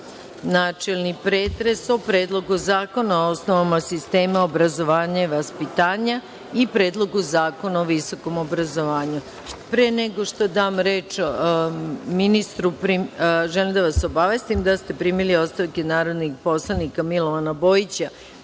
načelni pretres o Predlogu zakona o osnovama sistema obrazovanja i vaspitanja iPredlogu zakona o visokom obrazovanju. Pre nego što dam reč ministru, želim da vas obavestim da ste primili ostavke narodnih poslanika prof. dr Milovana Bojića